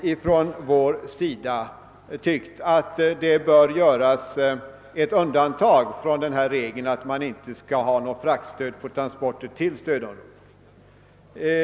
Vi har emellertid ansett att det bör göras ett undantag från regeln att det inte skall lämnas fraktstöd för transporter till stödområdet.